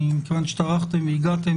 מכיוון שטרחתם והגעתם,